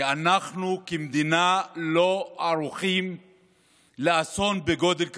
כי אנחנו כמדינה לא ערוכים לאסון בגודל כזה.